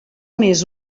més